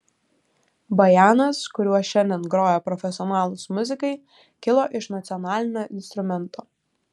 bajanas kuriuo šiandien groja profesionalūs muzikai kilo iš nacionalinio instrumento